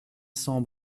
cent